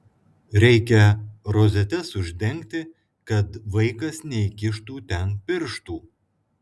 reikia rozetes uždengti kad vaikas neįkištų ten pirštų